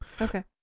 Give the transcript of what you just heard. Okay